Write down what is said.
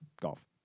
golf